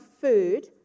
food